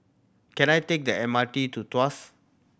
can I take the M R T to Tuas